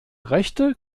rechte